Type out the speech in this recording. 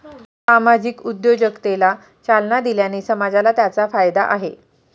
सामाजिक उद्योजकतेला चालना दिल्याने समाजाला त्याचा फायदा आहे